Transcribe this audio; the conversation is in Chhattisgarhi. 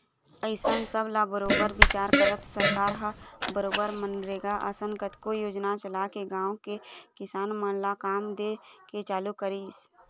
अइसन सब ल बरोबर बिचार करत सरकार ह बरोबर मनरेगा असन कतको योजना चलाके गाँव के किसान मन ल काम दे के चालू करिस